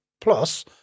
plus